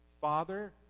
Father